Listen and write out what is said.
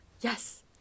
Yes